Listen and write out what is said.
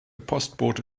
postbote